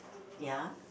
ya